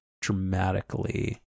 dramatically